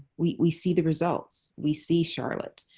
we we see the results. we see charlotte.